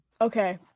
Okay